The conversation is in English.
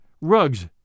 rugs